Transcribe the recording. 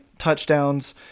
touchdowns